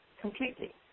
completely